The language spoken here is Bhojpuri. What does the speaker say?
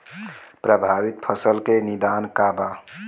प्रभावित फसल के निदान का बा?